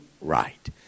right